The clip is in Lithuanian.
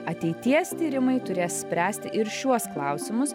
ateities tyrimai turės spręsti ir šiuos klausimus